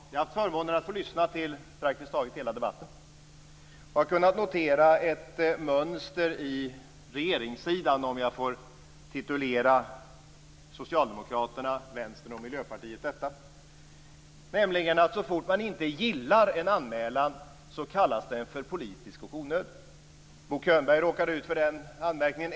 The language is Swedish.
Jag har haft förmånen att få lyssna praktiskt taget hela debatten, och jag har kunnat notera ett mönster hos regeringssidan, om jag får titulera socialdemokraterna, vänstern och Miljöpartiet så, nämligen så fort som man inte gillar en anmälan kallas den för politisk och onödig. Bo Könberg råkade ut för den anmärkningen.